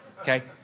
Okay